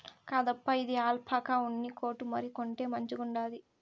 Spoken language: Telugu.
కాదప్పా, ఇది ఆల్పాకా ఉన్ని కోటు మరి, కొంటే మంచిగుండాది